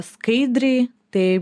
skaidriai tai